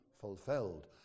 fulfilled